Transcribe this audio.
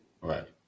Right